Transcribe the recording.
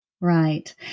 Right